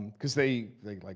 because they, like,